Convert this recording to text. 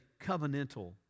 covenantal